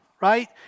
right